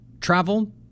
travel